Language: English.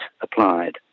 applied